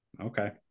okay